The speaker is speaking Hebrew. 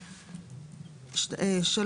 (3)